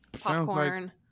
Popcorn